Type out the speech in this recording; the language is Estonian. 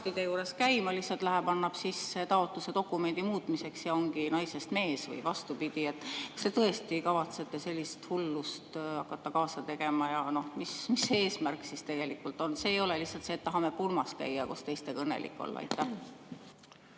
arstide juures käima, lihtsalt läheb, annab sisse taotluse dokumendi muutmiseks ja ongi naisest saanud mees või vastupidi. Kas te tõesti kavatsete sellist hullust hakata kaasa tegema ja mis see eesmärk siis tegelikult on? See ei ole lihtsalt see, et tahame pulmas käia ja koos teistega õnnelik olla.